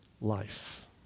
life